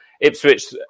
Ipswich